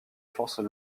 forces